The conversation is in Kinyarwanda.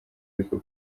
ariko